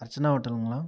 அர்ச்சனா ஹோட்டலுங்களா